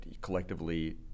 collectively